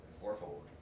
fourfold